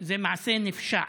זה מעשה נפשע,